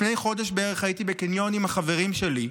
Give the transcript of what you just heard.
לפני חודש בערך הייתי בקניון עם חברים שלי,